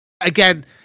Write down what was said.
Again